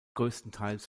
größtenteils